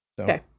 Okay